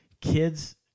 Kids